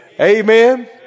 Amen